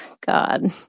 God